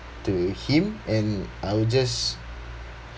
to him and I will just